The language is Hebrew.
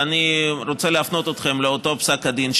ואני רוצה להפנות אתכם לאותו פסק הדין,